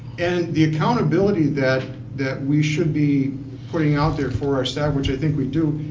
and the accountability that that we should be putting out there for our staff, which i think we do,